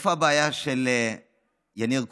מה הבעיה של יניר קוזין?